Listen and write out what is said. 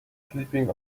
sleeping